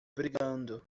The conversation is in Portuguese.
brigando